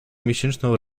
miesięczną